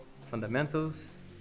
fundamentals